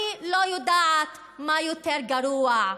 אני לא יודעת מה יותר גרוע,